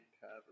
cover